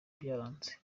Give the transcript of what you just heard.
byaranze